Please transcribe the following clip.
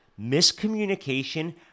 miscommunication